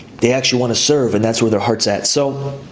they actually wanna serve, and that's where their heart's at. so,